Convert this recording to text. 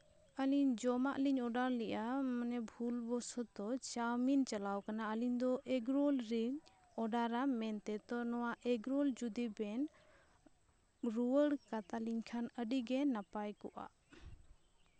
ᱟᱹᱞᱤᱧ ᱡᱚᱢᱟᱜ ᱞᱤᱧ ᱚᱰᱟᱨ ᱞᱮᱜᱼᱟ ᱢᱟᱱᱮ ᱵᱷᱩᱞ ᱵᱚᱥᱚᱛᱚ ᱪᱟᱣᱢᱤᱱ ᱪᱟᱞᱟᱣ ᱠᱟᱱᱟ ᱟᱞᱤᱧ ᱫᱚ ᱮᱜᱽᱨᱳᱞ ᱞᱤᱧ ᱚᱰᱟᱨᱟ ᱢᱮᱱᱛᱮ ᱛᱚ ᱱᱚᱣᱟ ᱮᱜᱽᱨᱳᱞ ᱡᱩᱫᱤ ᱵᱮᱱ ᱨᱩᱣᱟᱹᱲ ᱠᱟᱛᱟ ᱞᱤᱧ ᱠᱷᱟᱱ ᱟᱹᱰᱤᱜᱮ ᱱᱟᱯᱟᱭ ᱠᱚᱜᱼᱟ